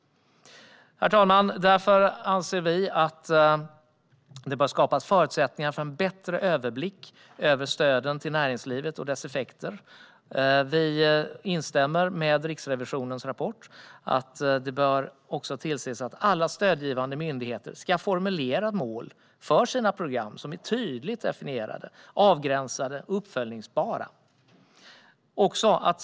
Herr talman! Därför anser vi att det bör skapas förutsättningar för en bättre överblick över stöden till näringslivet och deras effekter. Vi instämmer med det som sägs i Riksrevisionens rapport om att det bör tillses att alla stödgivande myndigheter ska formulera mål för sina program. Målen ska vara tydligt definierade, avgränsade och uppföljbara.